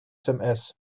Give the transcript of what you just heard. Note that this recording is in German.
sms